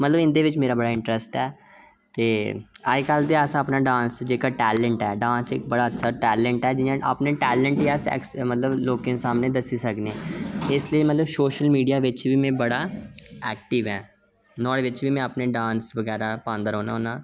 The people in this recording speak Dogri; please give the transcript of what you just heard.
मतलव इं'दे बिच मेरे बढा इन्ट्रैस्ट ऐ अजकल ते डांस इक बड़ा बड्डा टैलेंट ऐ अपने टैलेंट गी अस लोकें सामनै दस्सी सकने इस्सै लेई में सोशल मीडिया च बी बड़ा ऐक्टिव ऐ ओह्दे बिच बी में डांस बगैरा पांदा रौह्ना